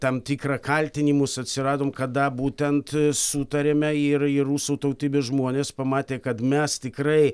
tam tikrą kaltinimus atsiradom kada būtent sutarėme ir ir rusų tautybės žmonės pamatė kad mes tikrai